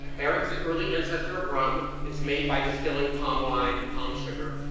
arrack is an early ancestor of rum. it's made by distilling palm wine and palm sugar.